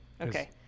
okay